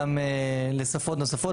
גם לשפות נוספות,